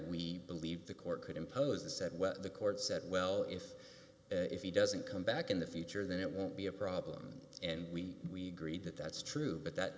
we believe the court could impose a set well the court said well if if he doesn't come back in the future then it won't be a problem and we agreed that that's true but that